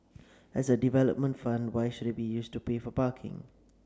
as a development fund why should it be used to pay for parking